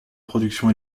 production